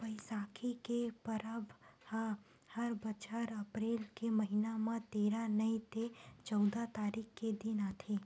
बइसाखी के परब ह हर बछर अपरेल के महिना म तेरा नइ ते चउदा तारीख के दिन आथे